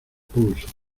pulso